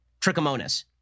trichomonas